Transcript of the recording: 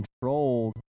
controlled